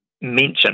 mention